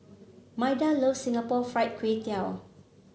Maida loves Singapore Fried Kway Tiao